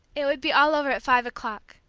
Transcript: it would be all over at five o'clock,